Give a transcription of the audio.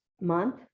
month